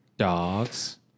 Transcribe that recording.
Dogs